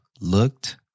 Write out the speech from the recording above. looked